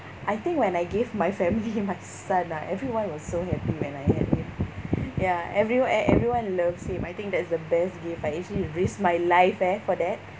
I think when I gave my family my son ah everyone was so happy when I had him ya every e~ everyone loves him I think that's the best gift I actually risked my life eh for that